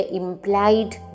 implied